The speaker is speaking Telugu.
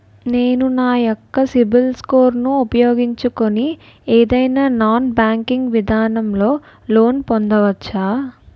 నేను నా యెక్క సిబిల్ స్కోర్ ను ఉపయోగించుకుని ఏదైనా నాన్ బ్యాంకింగ్ విధానం లొ లోన్ పొందవచ్చా?